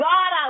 God